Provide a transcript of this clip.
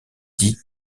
dit